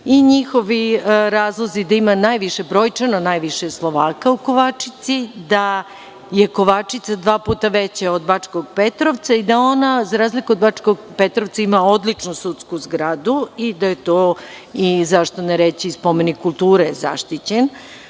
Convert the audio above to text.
i njihovi razlozi gde ima brojčano najviše Slovaka u Kovačici, da je Kovačica dva puta veća od Bačkog Petrovca i da ona, za razliku od Bačkog Petrovca, ima odličnu sudsku zgradu i da je to, zašto ne reći, zaštićen